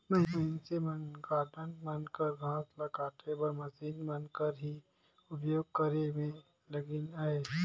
मइनसे मन गारडन मन कर घांस ल काटे बर मसीन मन कर ही उपियोग करे में लगिल अहें